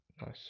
Nice